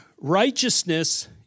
righteousness